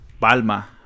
Palma